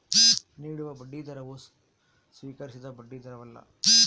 ನೀಡುವ ಬಡ್ಡಿದರವು ಸ್ವೀಕರಿಸಿದ ಬಡ್ಡಿದರವಲ್ಲ